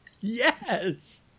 Yes